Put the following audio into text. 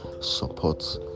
support